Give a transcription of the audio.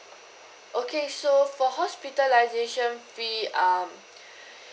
okay so for hospitalisation fee um